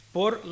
por